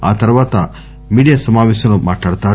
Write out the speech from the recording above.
ఆ తర్వాత మీడియా సమాపేశంలో మాట్హడతారు